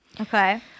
Okay